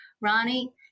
Ronnie